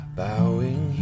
bowing